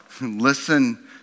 Listen